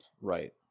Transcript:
Right